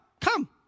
come